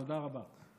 תודה רבה.